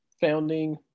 founding